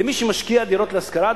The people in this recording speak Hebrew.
למי שמשקיע בדירות להשכרה,